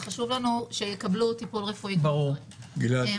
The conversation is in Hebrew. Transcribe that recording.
שזה מערב בעל כורחו את המשטרה.